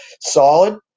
solid